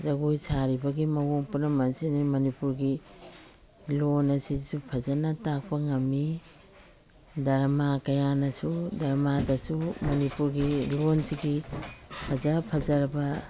ꯖꯒꯣꯏ ꯁꯥꯔꯤꯕꯒꯤ ꯃꯑꯣꯡ ꯄꯨꯝꯅꯃꯛ ꯑꯁꯤꯅ ꯃꯅꯤꯄꯨꯔꯒꯤ ꯂꯣꯟ ꯑꯁꯤꯁꯨ ꯐꯖꯅ ꯇꯥꯛꯄ ꯉꯝꯏ ꯗꯔꯃꯥ ꯀꯌꯥꯅꯁꯨ ꯗꯔꯃꯥꯗꯁꯨ ꯃꯅꯤꯄꯨꯔꯒꯤ ꯂꯣꯟꯁꯤꯒꯤ ꯐꯖ ꯐꯖꯔꯕ